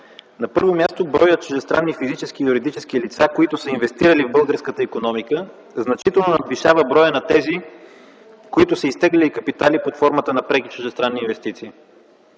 На първо място, броят чуждестранни физически и юридически лица, които са инвестирали в българската икономика, значително надвишава броя на тези, които са изтеглили капитали под формата на преки чуждестранни инвестиции.